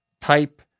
type